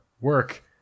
work